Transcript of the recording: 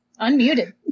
Unmuted